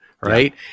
right